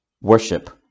worship